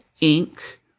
ink